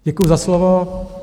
Děkuji za slovo.